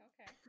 okay